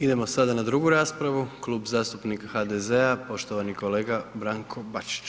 Idemo sada na drugu raspravu, Kluba zastupnika HDZ-a poštovani kolega Branko Bačić.